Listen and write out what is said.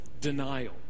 denial